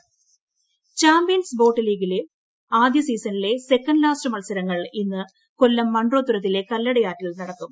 ജലോത്സവം champions boat league ആദ്യ സീസണിലെ സെക്കൻഡ് ലാസ്റ്റ് മത്സരങ്ങൾ ഇന്ന് കൊല്ലം മൺട്രോത്തുരുത്തിലെ കല്പടയാറ്റിൽ നടക്കും